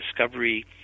discovery